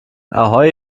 ahoi